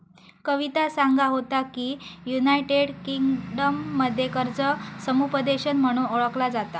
कविता सांगा होता की, युनायटेड किंगडममध्ये कर्ज समुपदेशन म्हणून ओळखला जाता